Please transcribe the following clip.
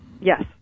Yes